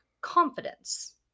confidence